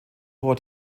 hoher